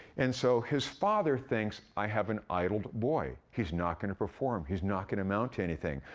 and so, his father thinks, i have an idled boy. he's not gonna perform, he's not gonna amount to anything,